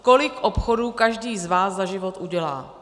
Kolik obchodů každý z vás za život udělá?